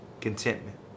Contentment